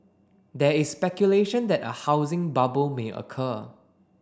there is speculation that a housing bubble may occur